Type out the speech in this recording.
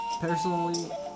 Personally